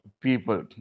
people